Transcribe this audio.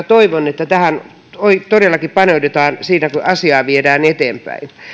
toivon että tähän kohtaan todellakin paneudutaan kun asiaa viedään eteenpäin